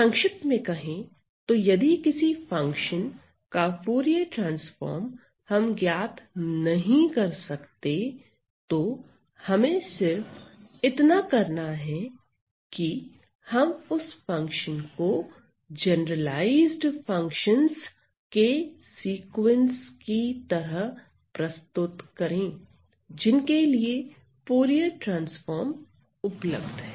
संक्षिप्त में कहें तो यदि किसी फंक्शन का फूरिये ट्रांसफार्म हम ज्ञात नहीं कर सकते तो हमें सिर्फ इतना करना है कि हम उस फंक्शन को जनरलाइज्ड फंक्शनस के सीक्वेंस की तरह प्रस्तुत करें जिनके लिए फूरिये ट्रांसफार्म उपलब्ध है